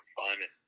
fun